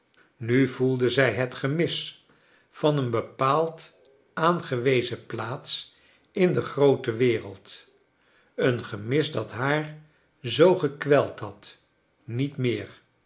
nu voelde zij het gemis van een bepaald aangewezen plaats in de groote wereld een gemis dat haar zoo gekweld had niet meer